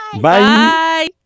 Bye